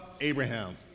Abraham